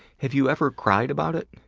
have you ever cried about it?